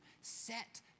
set